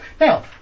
now